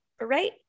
Right